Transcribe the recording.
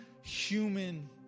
human